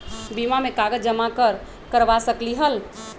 बीमा में कागज जमाकर करवा सकलीहल?